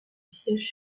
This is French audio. siège